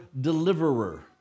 deliverer